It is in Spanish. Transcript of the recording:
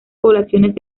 poblaciones